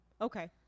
Okay